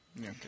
Okay